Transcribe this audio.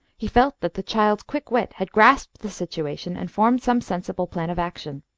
he felt that the child's quick wit had grasped the situation and formed some sensible plan of action.